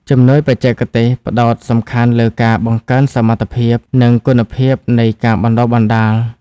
ជំនួយបច្ចេកទេសផ្តោតសំខាន់លើការបង្កើនសមត្ថភាព និងគុណភាពនៃការបណ្តុះបណ្តាល។